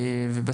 דויד,